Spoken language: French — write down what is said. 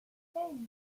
hey